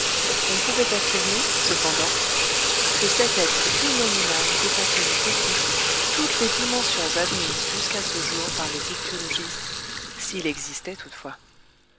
on pouvait affirmer cependant que cet être phénoménal dépassait de beaucoup toutes les dimensions admises jusqu'à ce jour par les ichtyologistes s'il existait toutefois